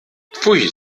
pfui